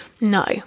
no